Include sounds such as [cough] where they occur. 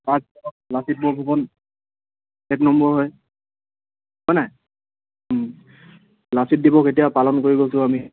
[unintelligible] লাচিত বৰফুকন এক নম্বৰ হয় হয়নে লাচিত দিৱস এতিয়া পালন কৰি গৈছোঁ আমি